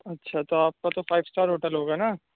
اچھا تو آپ کا تو فائیو اسٹار ہوٹل ہوگا نا